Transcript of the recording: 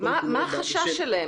כול כולו --- מה החשש שלהם,